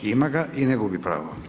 Ima ga i ne gubi pravo.